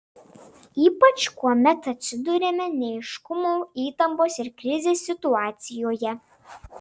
ypač kuomet atsiduriame neaiškumo įtampos ir krizės situacijoje